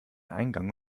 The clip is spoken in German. eingang